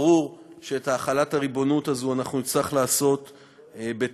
ברור שאת החלת הריבונות הזו אנחנו נצטרך לעשות בתיאום,